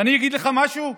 ואני אגיד לך משהו.